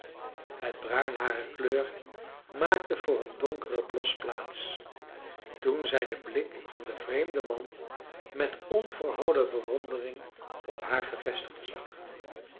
het bruin harer kleur maakte voor een donkeren blos plaats toen zij den blik van den vreemden man met onverholen bewondering op haar gevestigd zag